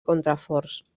contraforts